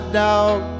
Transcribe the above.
dog